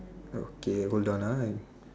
okay hold on ah I